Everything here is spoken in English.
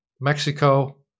mexico